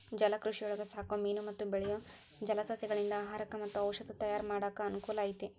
ಜಲಕೃಷಿಯೊಳಗ ಸಾಕೋ ಮೇನು ಮತ್ತ ಬೆಳಿಯೋ ಜಲಸಸಿಗಳಿಂದ ಆಹಾರಕ್ಕ್ ಮತ್ತ ಔಷದ ತಯಾರ್ ಮಾಡಾಕ ಅನಕೂಲ ಐತಿ